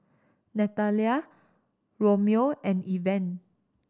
Nathalia Romeo and Evan